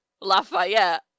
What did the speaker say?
Lafayette